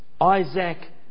Isaac